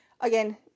again